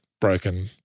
broken